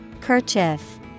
Kerchief